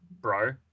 bro